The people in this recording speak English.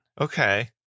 Okay